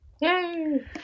Yay